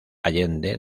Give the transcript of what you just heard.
allende